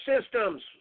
systems